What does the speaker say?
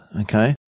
Okay